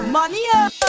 Money